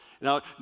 Now